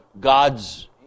God's